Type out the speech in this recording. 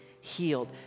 healed